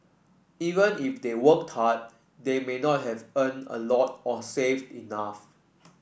even if they worked hard they may not have earned a lot or saved enough